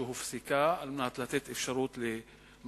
שהופסקה על מנת לתת אפשרות למשא-ומתן,